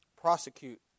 prosecute